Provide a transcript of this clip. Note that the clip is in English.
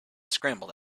scrambled